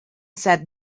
said